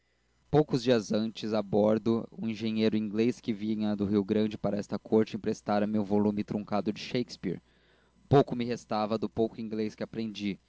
poucos dias antes a bordo um engenheiro inglês que vinha do rio grande para esta corte emprestara me um volume truncado de shakespeare pouco me restava do pouco inglês que aprendi